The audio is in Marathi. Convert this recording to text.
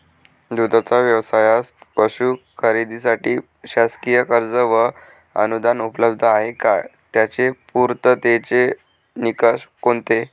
दूधाचा व्यवसायास पशू खरेदीसाठी शासकीय कर्ज व अनुदान उपलब्ध आहे का? त्याचे पूर्ततेचे निकष कोणते?